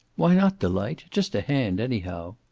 why not, delight? just a hand, anyhow.